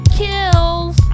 kills